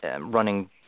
running